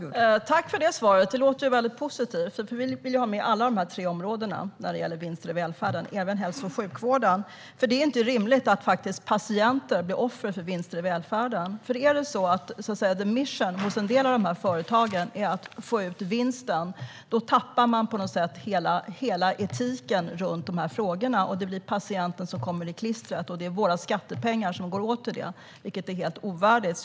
Fru talman! Tack för det svaret! Det låter ju väldigt positivt, för vi vill ha med alla dessa tre områden när det gäller vinster i välfärden - även hälso och sjukvården. Det är inte rimligt att patienter blir offer för vinster i välfärden. Om det är så att the mission, så att säga, hos en del av dessa företag är att få ut vinsten tappar man hela etiken runt de här frågorna. Det blir patienten som hamnar i klistret, och det blir våra skattepengar som går åt till det, vilket är helt ovärdigt.